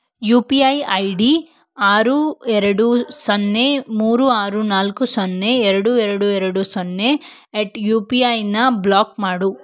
you P I I D ಆರು ಎರಡು ಸೊನ್ನೆ ಮೂರು ಆರು ನಾಲ್ಕು ಸೊನ್ನೆ ಎರಡು ಎರಡು ಎರಡು ಸೊನ್ನೆ ಎಟ್ ಯು ಪಿ ಐನಾ ಬ್ಲಾಕ್ ಮಾಡು